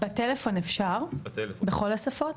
בטלפון אפשר בכל השפות?